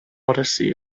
odyssey